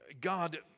God